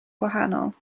gwahanol